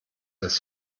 das